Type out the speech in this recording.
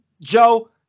Joe